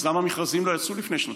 אז למה המכרזים לא יצאו לפני שנתיים?